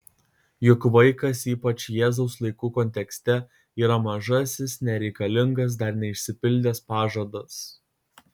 juk vaikas ypač jėzaus laikų kontekste yra mažasis nereikalingas dar neišsipildęs pažadas